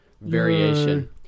variation